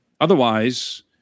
Otherwise